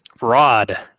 rod